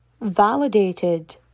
Validated